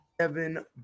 Evan